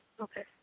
Okay